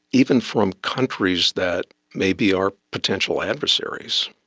even from countries that may be our potential adversaries,